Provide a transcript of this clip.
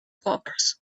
books